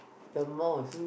the most